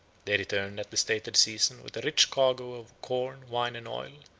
they returned at the stated season with a rich cargo of corn, wine, and oil,